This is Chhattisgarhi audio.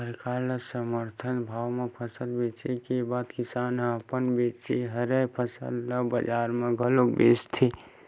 सरकार ल समरथन भाव म फसल बेचे के बाद किसान ह अपन बाचे हरय फसल ल बजार म घलोक बेचथे